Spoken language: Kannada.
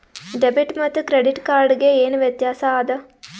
ಡೆಬಿಟ್ ಮತ್ತ ಕ್ರೆಡಿಟ್ ಕಾರ್ಡ್ ಗೆ ಏನ ವ್ಯತ್ಯಾಸ ಆದ?